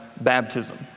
baptism